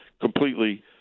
completely